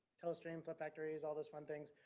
telestream for factories, all those fun things.